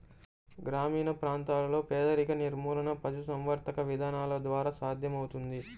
గ్రామీణ ప్రాంతాలలో పేదరిక నిర్మూలన పశుసంవర్ధక విధానాల ద్వారా సాధ్యమవుతుంది